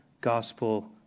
gospel